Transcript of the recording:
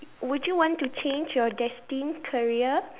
would you want to change your destined career